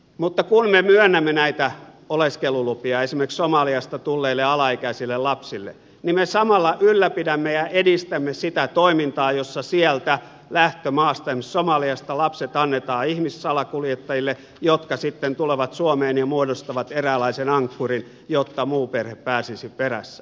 mutta kun me myönnämme näitä oleskelulupia esimerkiksi somaliasta tulleille alaikäisille lapsille niin me samalla ylläpidämme ja edistämme sitä toimintaa jossa sieltä lähtömaasta esimerkiksi somaliasta lapset annetaan ihmissalakuljettajille jotka sitten tulevat suomeen ja muodostavat eräänlaisen ankkurin jotta muu perhe pääsisi perässä